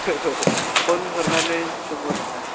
औ फ'न हरनानै सोंहरफिन